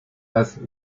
als